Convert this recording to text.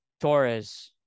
Torres